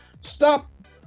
Stop